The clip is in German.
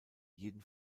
jeden